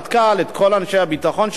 את כל אנשי הביטחון שהיו לנו,